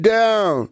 down